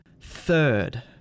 Third